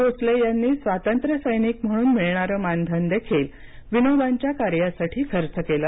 भोसले यांनी स्वातंत्र्य सैनिक म्हणून मिळणारं मानधन देखील विनोबांच्या कार्यासाठी खर्च केलं